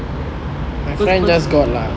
first first